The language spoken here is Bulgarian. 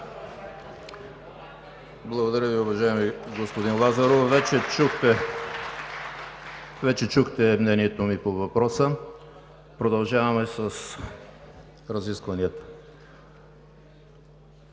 Благодаря Ви, уважаеми господин Лазаров. Вече чухте мнението ми по въпроса. Продължаваме с разискванията